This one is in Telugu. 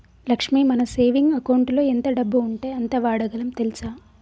లక్ష్మి మన సేవింగ్ అకౌంటులో ఎంత డబ్బు ఉంటే అంత వాడగలం తెల్సా